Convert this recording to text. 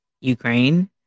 Ukraine